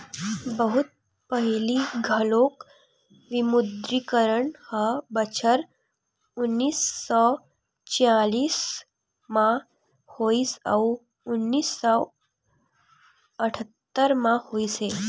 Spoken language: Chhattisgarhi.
बहुत पहिली घलोक विमुद्रीकरन ह बछर उन्नीस सौ छियालिस म होइस अउ उन्नीस सौ अठत्तर म होइस हे